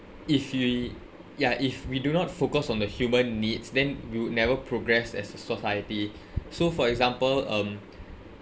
if we ya if we do not focus on the human needs then we'll never progress as a society so for example um